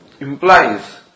implies